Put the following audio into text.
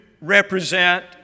represent